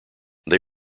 they